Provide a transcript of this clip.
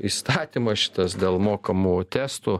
įstatymą šitas dėl mokamų testų